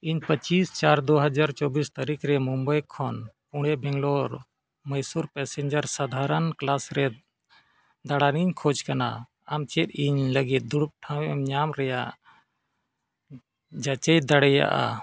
ᱤᱧ ᱯᱚᱸᱪᱤᱥ ᱪᱟᱨ ᱫᱩ ᱦᱟᱡᱟᱨ ᱪᱚᱵᱵᱤᱥ ᱛᱟᱹᱨᱤᱠᱷ ᱨᱮ ᱢᱩᱢᱵᱟᱭ ᱠᱷᱚᱱ ᱯᱩᱱᱮ ᱵᱮᱝᱜᱟᱞᱳᱨ ᱢᱚᱭᱥᱳᱨ ᱯᱮᱥᱮᱱᱡᱟᱨ ᱥᱟᱫᱷᱟᱨᱚᱱ ᱠᱞᱟᱥ ᱨᱮ ᱫᱟᱬᱟᱱᱤᱧ ᱠᱷᱚᱡᱽ ᱠᱟᱱᱟ ᱟᱢ ᱪᱮᱫ ᱤᱧ ᱞᱟᱹᱜᱤᱫ ᱫᱩᱲᱩᱵ ᱴᱷᱟᱶ ᱧᱟᱢ ᱧᱟᱢ ᱨᱮᱭᱟᱜ ᱮᱢ ᱡᱟᱪᱟᱭ ᱫᱟᱲᱮᱭᱟᱜᱼᱟ